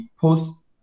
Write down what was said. post